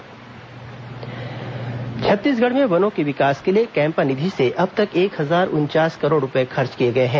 महेश गागड़ा छत्तीसगढ़ में वनों के विकास के लिए कैम्पा निधि से अब तक एक हजार उनचास करोड़ रुपए खर्च किए गए हैं